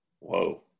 Whoa